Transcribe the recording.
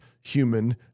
human